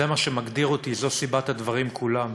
זה מה שמגדיר אותי, זו סיבת הדברים כולם,